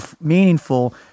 meaningful